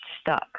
stuck